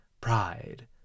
pride